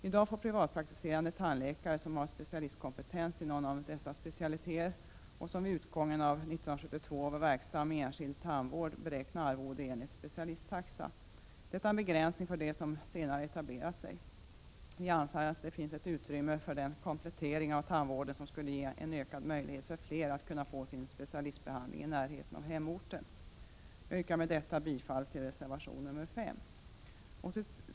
I dag får privatpraktiserande tandläkare som har specialistkompetens i någon av dessa specialiteter och som vid utgången av 1972 var verksam i enskild tandvård beräkna arvode enligt specialisttaxa. Detta är en begränsning för dem som senare etablerat sig. Vi anser att det finns ett utrymme för en komplettering av tandvården som skulle ge en ökad möjlighet för flera att få sin specialistbehandling i närheten av hemorten. Jag yrkar med detta bifall till reservation nr 5.